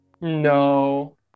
No